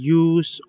use